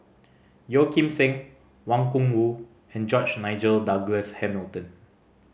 Yeo Kim Seng Wang Gungwu and George Nigel Douglas Hamilton